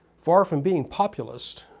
far from being populist,